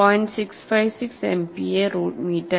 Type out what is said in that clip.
656 MPa root metre